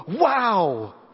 wow